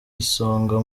isonga